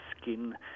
skin